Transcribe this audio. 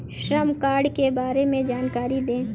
श्रम कार्ड के बारे में जानकारी दें?